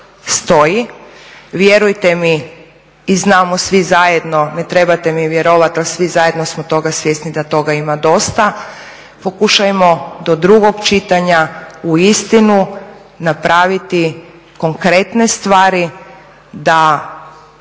stoji vjerujte mi i znamo svi zajedno, ne trebate mi vjerovati ali svi zajedno smo toga svjesni da toga ima dosta. Pokušajmo do drugog čitanja uistinu napraviti konkretne stvari, da